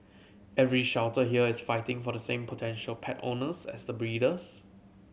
every shelter here is fighting for the same potential pet owners as the breeders